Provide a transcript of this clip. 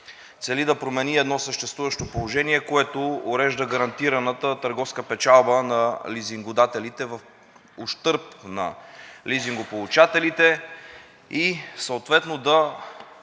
цели да промени едно съществуващо положение, което урежда гарантираната търговска печалба на лизингодателите в ущърб на лизингополучателите, и съответно да